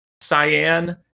cyan